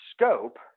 scope